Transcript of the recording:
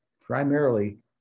primarily